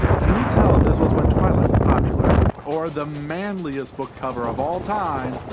can you tell this was when twilight was popular? or the manliest book cover of all time,